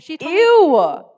Ew